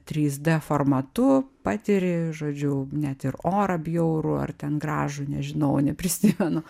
trys d formatu patiri žodžiu net ir orą bjaurų ar ten gražų nežinau neprisimenu